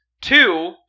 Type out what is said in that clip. Two